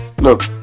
look